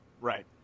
Right